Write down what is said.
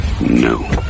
no